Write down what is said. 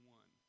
one